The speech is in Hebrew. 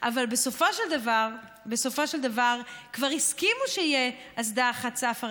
אבל בסופו של דבר כבר הסכימו שתהיה אסדה אחת צפה,